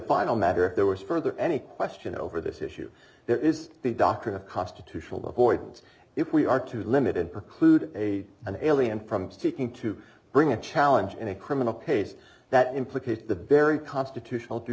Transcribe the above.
final matter if there was further any question over this issue there is the doctrine of constitutional the hoyts if we are to limited preclude a an alien from seeking to bring a challenge in a criminal case that implicates the very constitutional due